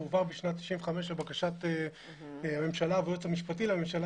הוא הועבר בשנת 95' לבקשת הממשלה והיועץ המשפטי לממשלה